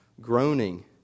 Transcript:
Groaning